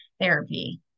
therapy